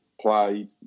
played